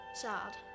Sad